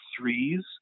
threes